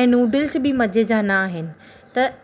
ऐं नूडल्स बि मज़े जा आहिनि त